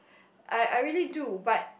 I I really do but